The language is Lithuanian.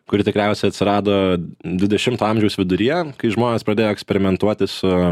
kuri tikriausiai atsirado dvidešimto amžiaus viduryje kai žmonės pradėjo eksperimentuoti su